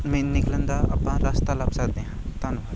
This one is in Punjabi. ਮੇਨ ਨਿਕਲਣ ਦਾ ਆਪਾਂ ਰਸਤਾ ਲੱਭ ਸਕਦੇ ਹਾਂ ਧੰਨਵਾਦ